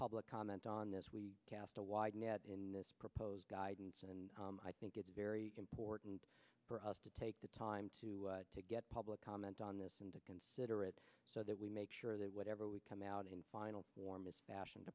public comment on this we cast a wide net in this proposed guidance and i think it is very important for us to take the time to get public comment on that and to consider it so that we make sure that whatever we come out in final form is fashioned